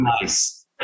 nice